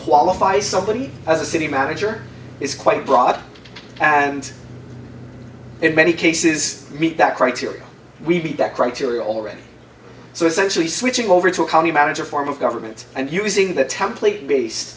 qualifies somebody as a city manager is quite broad and in many cases meet that criteria we meet that criteria already so essentially switching over to a county manager form of government and using the template based